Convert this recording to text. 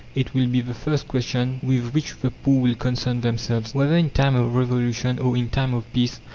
it will be the first question with which the poor will concern themselves. whether in time of revolution or in time of peace,